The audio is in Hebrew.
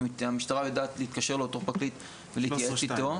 והמשטרה יודעת להתקשר לאותו פרקליט ולהתייעץ איתו.